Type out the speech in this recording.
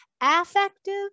Affective